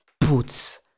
boots